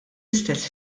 istess